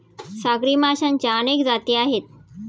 सागरी माशांच्या अनेक जाती आहेत